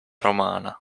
romana